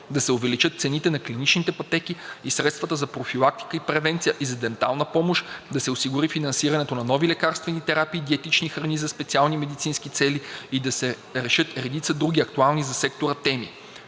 да се увеличат цените на клиничните пътеки, средствата за профилактика и превенция и за дентална помощ, да се осигури финансирането на нови лекарствени терапии и диетични храни за специални медицински цели и да се решат редица други актуални за сектора теми.